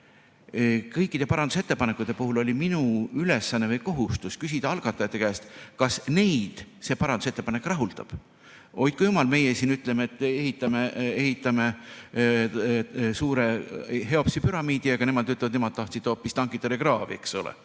kõikide parandusettepanekute puhul oli minu ülesanne või kohustus küsida algatajate käest, kas neid see parandusettepanek rahuldab. Hoidku jumal, meie siin ütleme, et ehitame suure Cheopsi püramiidi, aga nemad ütlevad, et nemad tahtsid hoopis tankitõrjekraavi, eks ole.